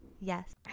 Yes